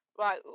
right